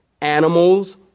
animals